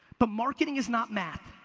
but marketing is not math.